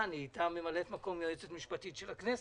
נהייתה ממלאת מקום יועצת משפטית של הכנסת.